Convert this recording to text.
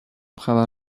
خبر